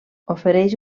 ofereix